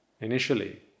initially